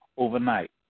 overnight